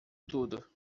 tudo